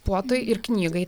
puotai ir knygai